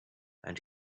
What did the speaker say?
and